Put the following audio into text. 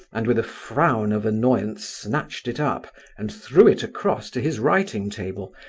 and with a frown of annoyance snatched it up and threw it across to his writing-table,